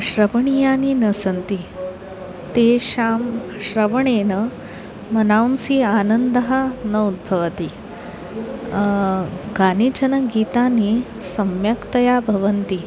श्रवणीयानि न सन्ति तेषां श्रवणेन मनांसि आनन्दः न उद्भवति कानिचन गीतानि सम्यक्तया भवन्ति